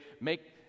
make